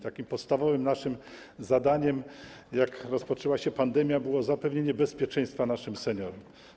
Takim podstawowym naszym zadaniem, kiedy rozpoczęła się pandemia, było zapewnienie bezpieczeństwa naszym seniorom.